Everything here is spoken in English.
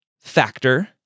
factor